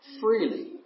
freely